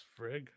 frig